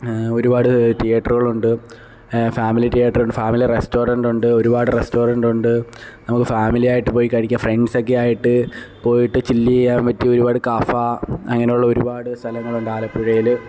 ഒരുപാട് തിയേറ്ററുകളുണ്ട് ഫാമിലി തിയേറ്ററുണ്ട് ഫാമിലി റെസ്റ്റോറൻറ്റുണ്ട് ഒരുപാട് റെസ്റ്റോറൻറ്റുണ്ട് നമുക്ക് ഫാമിലിയായിട്ട് പോയി കഴിക്കാം ഫ്രണ്ട്സൊക്കെ ആയിട്ട് പോയിട്ട് ചില്ല് ചെയ്യാൻ പറ്റിയ ഒരുപാട് കഫെ അങ്ങനെയുള്ള ഒരുപാട് സ്ഥലങ്ങളുണ്ട് ആലപ്പുഴയിൽ